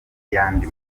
y’andi